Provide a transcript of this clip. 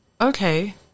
Okay